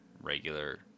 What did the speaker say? regular